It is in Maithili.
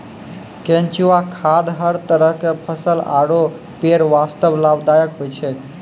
केंचुआ खाद हर तरह के फसल आरो पेड़ वास्तॅ लाभदायक होय छै